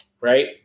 right